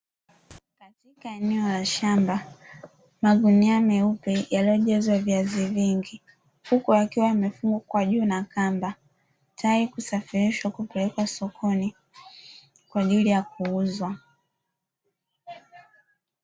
Katika eneo la shamba, magunia meupe yaliyojazwa viazi vingi, huku yakiwa yamefungwa kwa juu na kamba, tayari kwa kusafirishwa kupelekwa sokoni kwa ajili ya kuuzwa.